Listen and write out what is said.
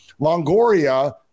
Longoria